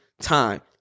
time